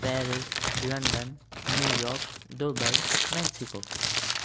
Paris London New York Dubai Mexico